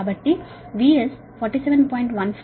కాబట్టి VS 47